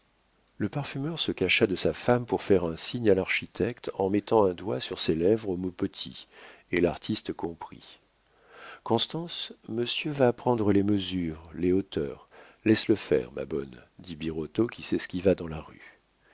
le parfumeur se cacha de sa femme pour faire un signe à l'architecte en mettant un doigt sur ses lèvres au mot petit et l'artiste comprit constance monsieur va prendre les mesures les hauteurs laisse-le faire ma bonne dit birotteau qui s'esquiva dans la rue